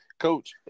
Coach